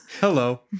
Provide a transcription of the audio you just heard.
hello